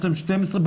יש להם 12,